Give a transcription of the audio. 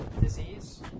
disease